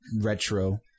retro